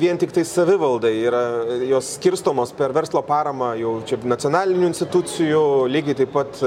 vien tiktai savivaldai yra jos skirstomos per verslo paramą jau čia nacionalinių institucijų lygiai taip pat